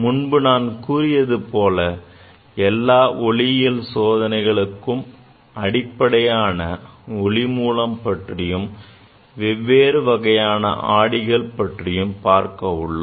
முன்பே நான் கூறியது போல எல்லா ஒளியில் சோதனைகளுக்கும் அடிப்படையான ஒளி மூலம் பற்றியும் வெவ்வேறு வகையான ஆடிகள் பற்றியும் பார்க்க உள்ளோம்